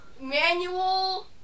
Manual